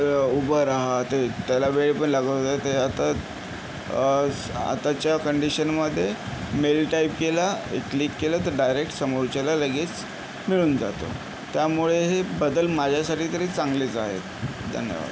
उभं रहा ते त्याला वेळ पण लागत होता ते आता आताच्या कंडिशनमधे मेल टाइप केला एक क्लिक केलं तर डायरेक्ट समोरच्याला लगेच मिळून जातो त्यामुळे हे बदल माझ्यासाठी तरी चांगलेच आहेत धन्यवाद